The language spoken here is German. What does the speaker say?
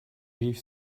rief